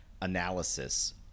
analysis